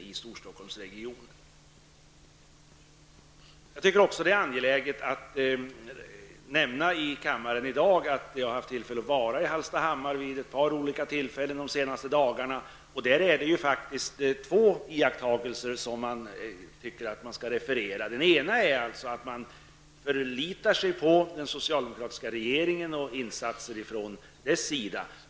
Jag vill gärna i dag i kammaren nämna att jag under de senaste dagarna vid ett par tillfällen har varit i Hallstahammar. Jag vill med anledning av det referera till två iakttagelser. Den ena är att man i Hallstahammar förlitar sig på den socialdemokratiska regeringen och insatser från regeringens sida.